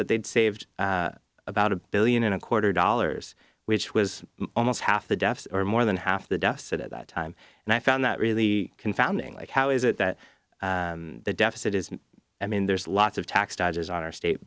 that they'd saved about a billion and a quarter dollars which was almost half the deficit or more than half the deficit at that time and i found that really confounding like how is it that the deficit is i mean there's lots of tax dodges on our state